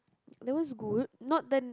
that was good not then